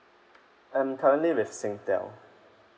I'm currently with singtel